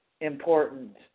important